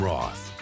Roth